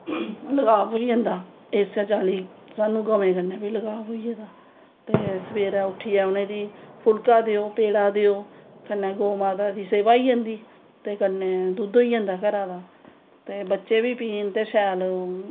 मलाप होई जंदा इस्सै चाल्ली साह्नू गवें कन्नैं बी लगाव होई गेदा ते सवेरैं उनेंगी उट्ठियै फुल्का देओ पेड़ा देओ कन्नैं गौ माता दी सेवा होई जंदी ते कन्नैं दुद्द होई जंदा घरा दा ते बच्चे बी पीन ते शैल